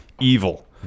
Evil